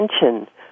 attention